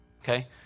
Okay